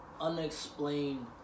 unexplained